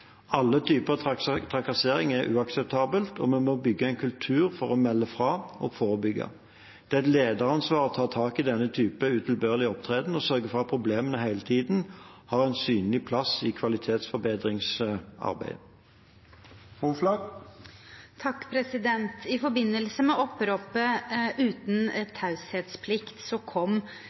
Alle typer trakassering er uakseptabelt, og vi må bygge en kultur for å melde fra og forebygge. Det er et lederansvar å ta tak i denne typen utilbørlig opptreden og sørge for at problemet hele tiden har en synlig plass i kvalitetsforbedringsarbeidet. I forbindelse med